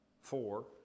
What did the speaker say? four